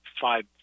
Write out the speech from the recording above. five